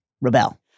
Rebel